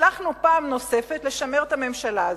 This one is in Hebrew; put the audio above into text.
הצלחנו פעם נוספת לשמר את הממשלה הזאת.